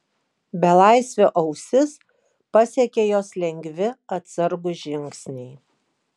belaisvio ausis pasiekė jos lengvi atsargūs žingsniai